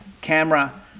camera